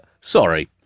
Sorry